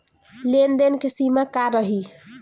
लेन देन के सिमा का रही?